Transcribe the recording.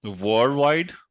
Worldwide